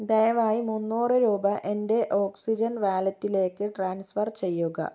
ദയവായി മുന്നൂറ് രൂപ എൻ്റെ ഓക്സിജൻ വാലറ്റിലേക്ക് ട്രാൻസ്ഫർ ചെയ്യുക